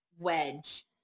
wedge